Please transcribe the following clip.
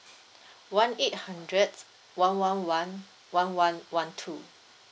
one eight hundred one one one one one one two